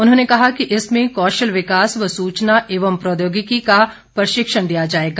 उन्होंने कहा कि इसमें कौशल विकास व सुचना एवं प्रौद्योगिकी का प्रशिक्षण दिया जाएगा